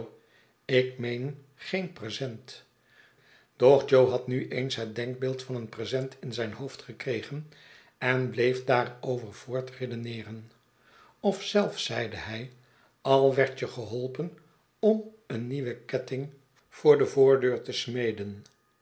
ik meen geen present doch jo had nu eens het denkbeeld van een present in zijn hoofd gekregen en bleefdaarover voortredeneeren of zelfs zeide hij al werdt je geholpen om een nieuwen ketting voor de voordeur te smeden